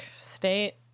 State